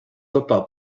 football